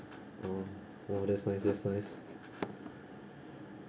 oh oh that's nice that's nice